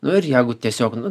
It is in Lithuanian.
nu ir jeigu tiesiog nu